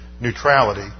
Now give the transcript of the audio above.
neutrality